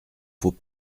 faut